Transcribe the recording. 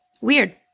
Weird